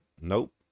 nope